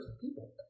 people